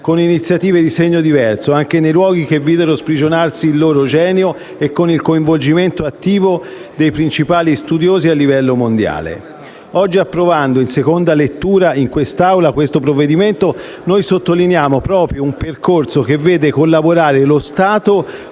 con iniziative di segno diverso, anche nei luoghi che videro sprigionarsi il loro genio, e con il coinvolgimento attivo dei principali studiosi a livello mondiale. Oggi, approvando in seconda lettura in quest'Aula questo provvedimento, noi sottolineiamo proprio un percorso che vede collaborare lo Stato